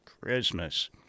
Christmas